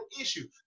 issue